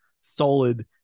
solid